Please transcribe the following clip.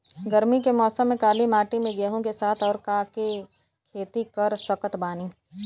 गरमी के मौसम में काली माटी में गेहूँ के साथ और का के खेती कर सकत बानी?